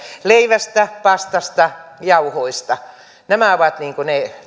leivästä pastasta jauhoista nämä ovat ne